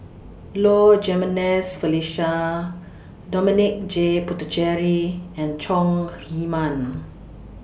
Low Jimenez Felicia Dominic J Puthucheary and Chong Heman